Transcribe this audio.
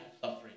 suffering